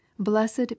blessed